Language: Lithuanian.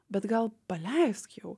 bet gal paleisk jau